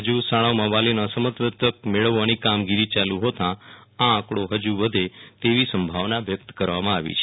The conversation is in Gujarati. હજુ શાળાઓમાં વાલીઓના સંમતિપત્રક મેળવવાની કામગીરી યાલુ હોતા આ આંકડા હજુ વધે તેવી સંભાવના વ્યક્ત કર વા માં આવી છે